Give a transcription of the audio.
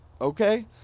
okay